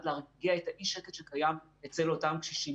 להרגיע את אי השקט שקיים אצל אותם קשישים.